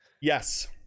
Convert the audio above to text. yes